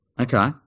Okay